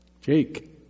Jake